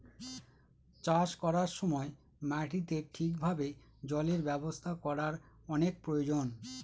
চাষ করার সময় মাটিতে ঠিক ভাবে জলের ব্যবস্থা করার অনেক প্রয়োজন